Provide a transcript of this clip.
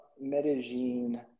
Medellin